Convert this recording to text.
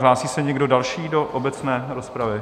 Hlásí se někdo další do obecné rozpravy?